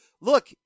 look